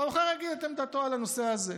והבוחר יגיד את עמדתו על הנושא הזה.